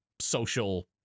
social